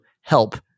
help